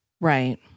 Right